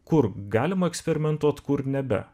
kur galima eksperimentuot kur nebe